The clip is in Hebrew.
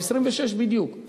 26 בדיוק,